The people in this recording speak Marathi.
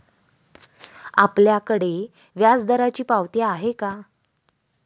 आपल्याकडे व्याजदराची पावती आहे का?